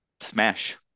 smash